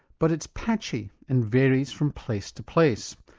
but it's patchy and varies from place to place.